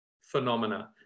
phenomena